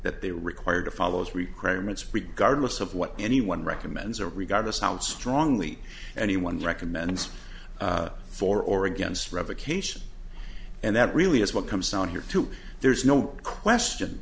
that they require to follow his requirements regardless of what anyone recommends or regardless out strongly anyone recommends for or against revocation and that really is what comes down here too there's no question